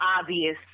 obvious